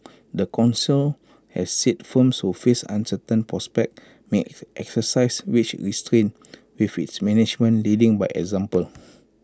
the Council have said firms who face uncertain prospects may exercise wage restraint with its management leading by example